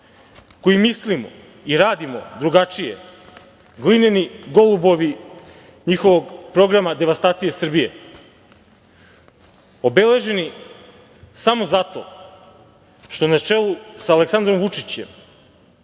koji mislimo i radimo drugačije glineni golubovi njihovog programa devastacije Srbije, obeleženi samo zato što na čelu sa Aleksandrom Vučićem